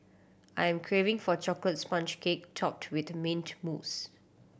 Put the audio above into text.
I am craving for a chocolate sponge cake topped with mint mousse